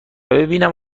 ببینم